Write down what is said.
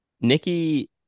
Nikki